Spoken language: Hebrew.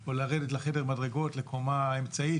או לרדת לחדר מדרגות לקומה האמצעית,